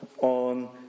on